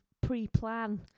pre-plan